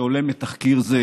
שעולה מתחקיר זה,